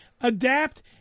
adapt